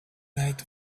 night